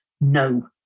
no